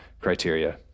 criteria